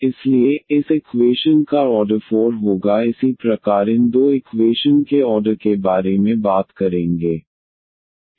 इसलिए इस इकवेशन का ऑर्डर 4 होगा इसी प्रकार इन दो इकवेशन के ऑर्डर के बारे में बात करेंगे